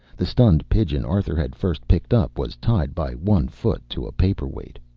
the stunned pigeon arthur had first picked up was tied by one foot to a paper-weight.